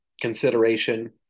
consideration